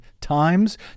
times